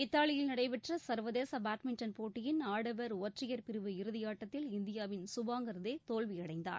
இத்தாலியில் நடைபெற்ற சர்வதேச பேட்மிண்டன் போட்டியின் ஆடவர் ஒற்றையர் பிரிவு இறுதியாட்டத்தில் இந்தியாவின் சுபாங்கர்தே தோல்வியடைந்தார்